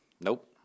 Nope